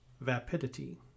vapidity